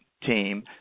team